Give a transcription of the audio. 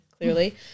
clearly